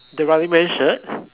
the running man shirt